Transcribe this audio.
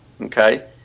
okay